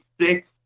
six